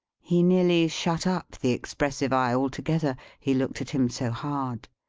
he nearly shut up the expressive eye, altogether he looked at him so hard.